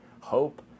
hope